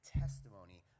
testimony